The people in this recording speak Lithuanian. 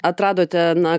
atradote na